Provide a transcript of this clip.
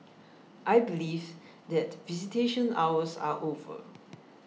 I believe that visitation hours are over